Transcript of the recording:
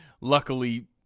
luckily